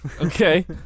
Okay